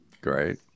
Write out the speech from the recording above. Great